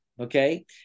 Okay